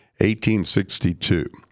1862